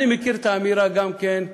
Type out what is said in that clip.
אני מכיר את האמירה גם כן,